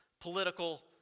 political